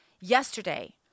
yesterday